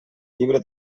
llibre